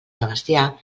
sebastià